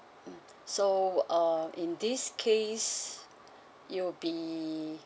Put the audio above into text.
mm so um in this case it will be